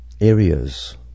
areas